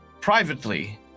privately